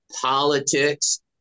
politics